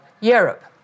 Europe